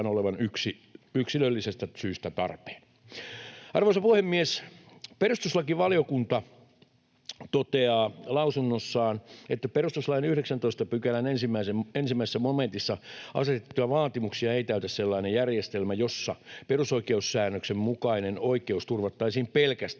olevan yksilöllisestä syystä tarpeen. Arvoisa puhemies! Perustuslakivaliokunta toteaa lausunnossaan, että perustuslain 19 §:n 1 momentissa asetettuja vaatimuksia ei täytä sellainen järjestelmä, jossa perusoikeussäännöksen mukainen oikeus turvattaisiin pelkästään